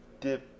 dip